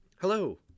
Hello